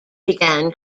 began